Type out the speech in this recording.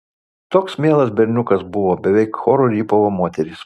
toks mielas berniukas buvo beveik choru rypavo moterys